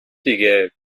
دیگه